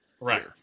right